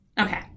okay